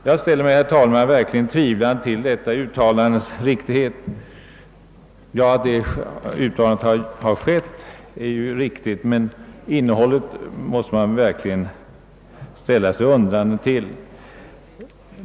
| Jag ställer mig, herr talman, verkligen tvivlande till riktigheten av innehållet i detta uttalande.